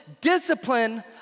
Discipline